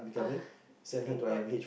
ah thank god